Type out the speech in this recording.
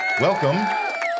welcome